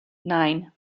nine